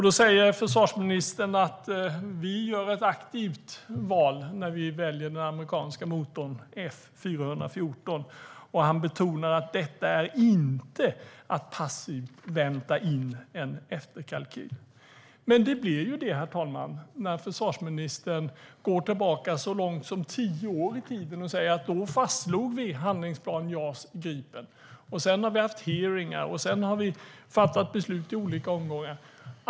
Då säger försvarsministern att vi gör ett aktivt val när vi väljer den amerikanska motorn F414, och han betonar att detta inte är att passivt vänta in en efterkalkyl. Men det blir ju det när försvarsministern går tillbaka så långt som tio år i tiden och säger att vi då fastslog Handlingsplan JAS Gripen. Sedan har vi haft hearingar och fattat beslut i olika omgångar.